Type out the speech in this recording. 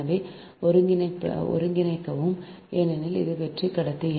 எனவே ஒருங்கிணைக்கவும் ஏனெனில் அது வெற்று கடத்தி